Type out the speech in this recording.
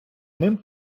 ним